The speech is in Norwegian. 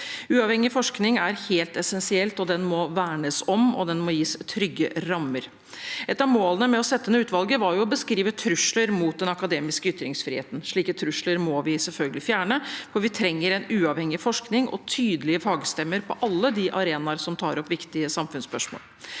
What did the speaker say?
Uavhengig forskning er helt essensielt, den må vernes om, og den må gis trygge rammer. Et av målene med å sette ned utvalget var å beskrive trusler mot den akademiske ytringsfriheten. Slike trusler må vi selvfølgelig fjerne, for vi trenger en uavhengig forskning og tydelige fagstemmer på alle de arenaer som tar opp viktige samfunnsspørsmål.